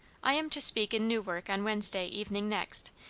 i am to speak in newark on wednesday evening next,